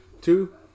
Two